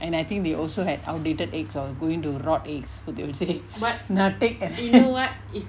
and I think they also had outdated eggs or going to rot eggs so they will say now take the